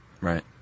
Right